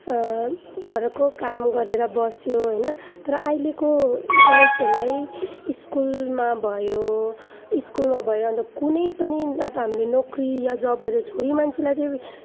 घरको काम गरेर बस्यो होइन तर अहिलेको गर्ल्सहरूलाई स्कुलमा भयो स्कुलमा भयो अन्त कुनै पनि अब हामीले नोकरी या जब गर्दा छोरी मान्छेलाई चाहिँ